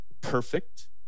perfect